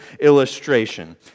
illustration